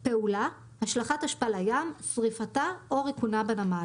"פעולה" - השלכת אשפה לים, שריפתה או ריקונה בנמל,